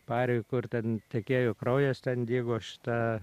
pariui kur ten tekėjo kraujas ten dygo šita